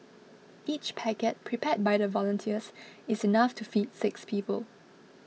each packet prepared by volunteers is enough to feed six people